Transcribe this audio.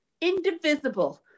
indivisible